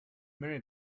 merry